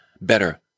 better